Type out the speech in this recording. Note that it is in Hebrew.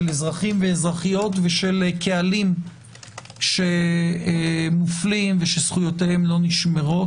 אזרחים ואזרחיות ושל קהלים שמופלים וזכויותיהם לא נשמרות.